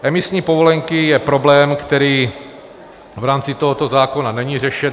Emisní povolenky je problém, který v rámci tohoto zákona není řešen.